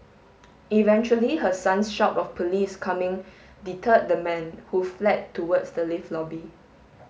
eventually her son's shout of police coming deterred the man who fled towards the lift lobby